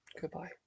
Goodbye